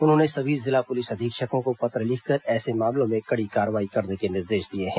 उन्होंने सभी जिला पुलिस अधीक्षकों को पत्र लिखकर ऐसे मामलों में कडी कार्रवाई करने के निर्देश दिए हैं